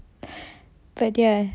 but ya